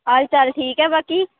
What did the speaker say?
हाल चाल ठीक ऐ बाकी